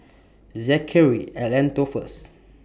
Zackery At Lentor First